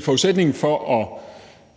forudsætningen for at